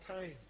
time